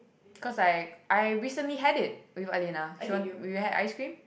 cause like I recently had it with Alina she want we had ice cream